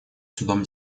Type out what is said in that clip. судом